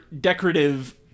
decorative